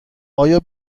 آیا